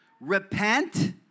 Repent